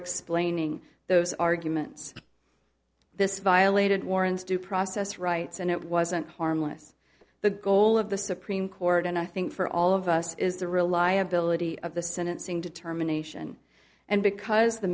explaining those arguments this violated warrants due process rights and it wasn't harmless the goal of the supreme court and i think for all of us is the reliability of the sentencing determination and because the